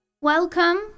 Welcome